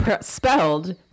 spelled